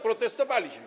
Protestowaliśmy.